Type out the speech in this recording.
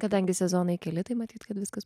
kadangi sezonai tai matyt kad viskas